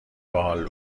باحال